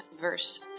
verse